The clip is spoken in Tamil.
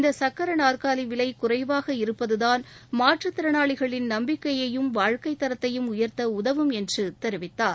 இந்த சக்கர நாற்காலி விலை குறைவாக இருப்பதுதான் மாற்றுத் திறனாளிகளின் நம்பிக்கையையும் வாழ்க்கைத் தரத்தையும் உயர்த்த உதவும் என்று கூறினார்